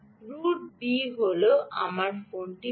root বি হল আমি ফোনটি পাব